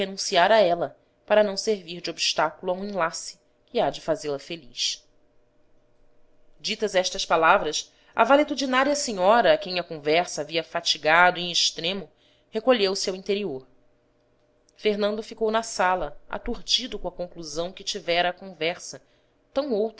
a ela para não servir de obstáculo a um enlace que há de fazê-la feliz ditas estas palavras a valetudinária senhora a quem a conversa havia fatigado em extremo recolheu-se ao interior fernando ficou na sala aturdido com a conclusão que tivera a conversa tão